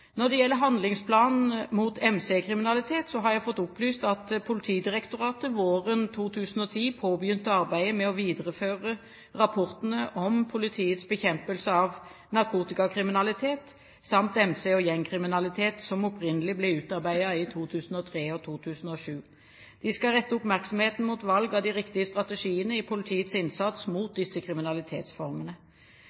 Når det gjelder handlingsplanen mot MC-kriminalitet, har jeg fått opplyst at Politidirektoratet våren 2010 påbegynte arbeidet med å videreføre rapportene om politiets bekjempelse av narkotikakriminalitet, samt MC- og gjengkriminalitet, som opprinnelig ble utarbeidet i 2003 og 2007. De skal rette oppmerksomheten mot valg av de riktige strategiene i politiets innsats mot